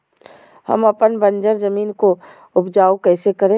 हम अपन बंजर जमीन को उपजाउ कैसे करे?